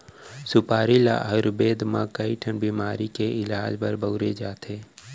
सुपारी ल आयुरबेद म कइ ठन बेमारी के इलाज बर बउरे जाथे